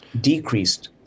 decreased